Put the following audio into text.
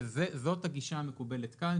שזאת הגישה המקובלת כאן.